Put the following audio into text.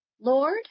Lord